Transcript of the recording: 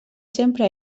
sempre